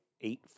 eight